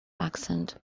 accent